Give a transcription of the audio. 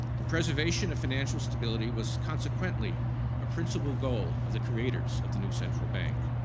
the preservation of financial stability was consequently a principal goal of the creators of the new central bank.